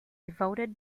devoted